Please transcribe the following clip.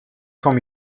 camp